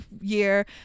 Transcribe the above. year